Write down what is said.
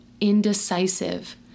indecisive